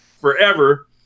forever